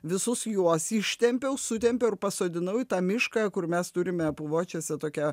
visus juos ištempiau sutempiau ir pasodinau į tą mišką kur mes turime puvočiuose tokią